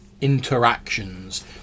interactions